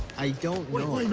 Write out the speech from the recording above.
i don't